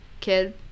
kid